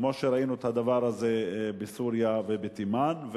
כמו שראינו בסוריה ובתימן,